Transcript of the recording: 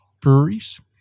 breweries